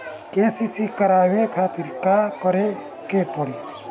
KCC बनवावे खातिर का करे के पड़ी?